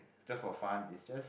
just for fun it's just